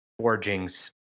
forgings